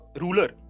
ruler